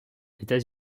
états